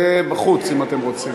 זה בחוץ, אם אתם רוצים.